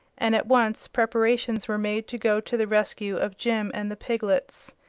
and at once preparations were made to go to the rescue of jim and the piglets.